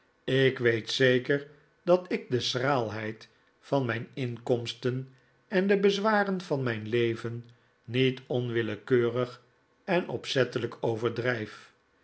ik weet zeker dat ik de schraalheid van mijn inkomsten en de bezwaren van mijn leven niet onwillekeurig en opzettelijk overdrijf